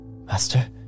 Master